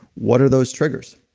what are those triggers?